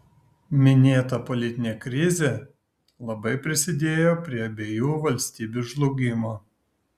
minėta politinė krizė labai prisidėjo prie abiejų valstybių žlugimo